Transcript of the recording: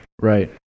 Right